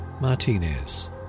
Martinez